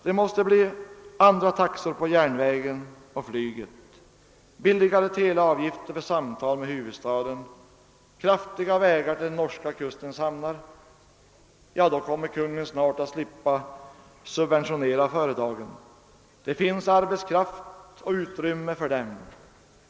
Det måste bli andra taxor på järnvägen och flyget, billigare teleavgifter för samtal med huvudstaden, kraftigare vägar till den norska kustens hamnar — då kommer Kungl. Maj:t snart att slippa subventionera företagen. Det finns arbetskraft och utrymme för dem.